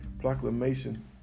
proclamation